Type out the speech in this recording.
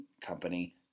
Company